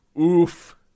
Oof